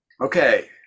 okay